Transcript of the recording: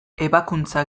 ebakuntza